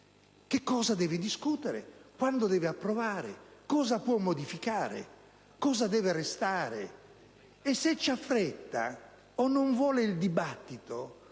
che cosa deve discutere, quando deve approvare, cosa può modificare, cosa deve restare; e, se ha fretta o non vuole il dibattito,